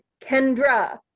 Kendra